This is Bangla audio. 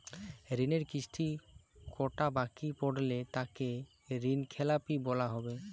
ঋণের কিস্তি কটা বাকি পড়লে তাকে ঋণখেলাপি বলা হবে?